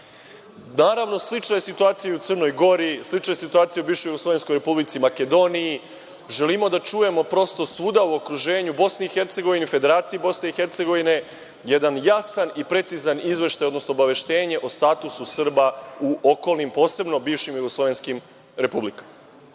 Tirani. Naravno, slična je situacija u Crnoj Gori. Slična je situacija u bivšoj jugoslovenskoj Republici Makedoniji. Želimo da čujemo prosto svuda u okruženju, BiH, Federaciji BiH jedan jasan i precizan izveštaj, odnosno obaveštenje o statusu Srba u okolnim, posebno bivšim jugoslovenskim republikama. Opet